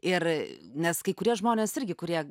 ir nes kai kurie žmonės irgi kurie